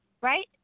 Right